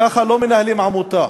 ככה לא מנהלים עמותה.